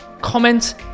comment